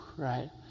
right